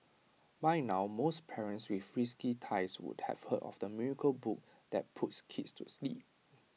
by now most parents with frisky tykes would have heard of the miracle book that puts kids to sleep